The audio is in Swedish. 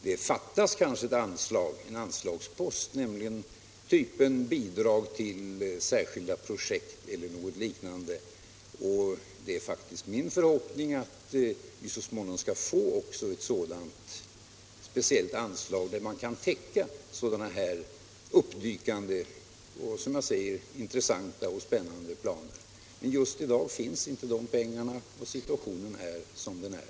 Det fattas kanske en anslagspost, av typen Bidrag till särskilda projekt, och det är min förhoppning att vi så småningom skall få också ett speciellt anslag, avsett för sådana här uppdykande och, som jag menar, intressanta och spännande planer. Men just i dag finns inte de pengarna, och situationen är som den är.